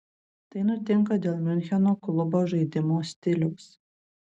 tai nutinka dėl miuncheno klubo žaidimo stiliaus